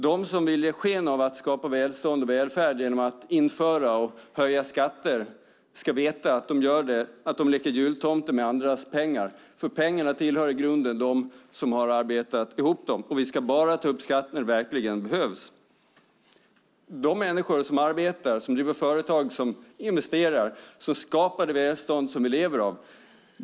De som vill ge sken av att skapa välstånd och välfärd genom att införa och höja skatter ska veta att de leker jultomte med andras pengar, för pengarna tillhör i grunden dem som har arbetat ihop dem, och vi ska bara ta upp skatt när det verkligen behövs. De människor som arbetar, driver företag och investerar skapar det välstånd vi lever av.